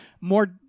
more